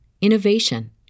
innovation